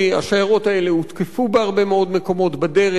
השיירות האלה הותקפו בהרבה מאוד מקומות בדרך,